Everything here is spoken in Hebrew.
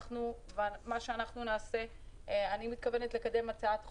אני מתכוונת לקדם הצעת חוק,